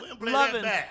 Loving